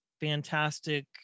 fantastic